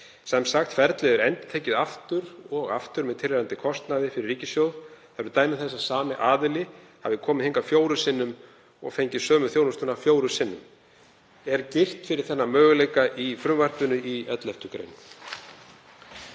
Sem sagt, ferlið er endurtekið aftur og aftur með tilheyrandi kostnaði fyrir ríkissjóð. Það eru dæmi þess að sami aðili hafi komið hingað fjórum sinnum og fengið sömu þjónustunnar fjórum sinnum. Er girt fyrir þennan möguleika í 11. gr.